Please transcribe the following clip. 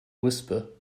whisper